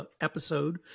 episode